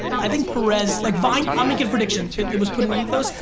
i think perez like vine, i'm making a prediction. it was put in ethos,